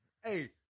Hey